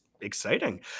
exciting